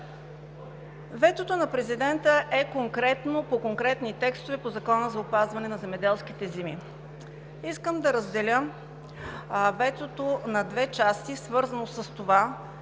Ветото на президента е конкретно по конкретни текстове по Закона за опазване на земеделските земи. Искам да разделя ветото на две части, свързано с това